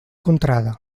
contrada